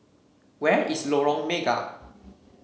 where is Lorong Mega